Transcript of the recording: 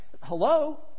Hello